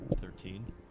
thirteen